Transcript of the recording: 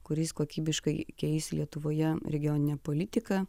kuris kokybiškai keis lietuvoje regioninę politiką